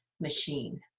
machine